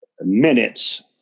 minutes